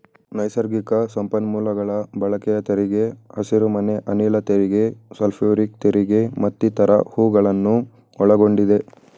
ನೈಸರ್ಗಿಕ ಸಂಪನ್ಮೂಲಗಳ ಬಳಕೆಯ ತೆರಿಗೆ, ಹಸಿರುಮನೆ ಅನಿಲ ತೆರಿಗೆ, ಸಲ್ಫ್ಯೂರಿಕ್ ತೆರಿಗೆ ಮತ್ತಿತರ ಹೂಗಳನ್ನು ಒಳಗೊಂಡಿದೆ